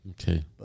Okay